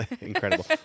Incredible